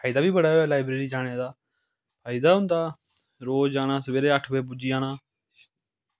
फायदा बी बड़ा लाईब्रेरी जाने दा फायदा होंदा रोज़ जाना सब सबेरे अट्ठ बजे पुज्जी जाना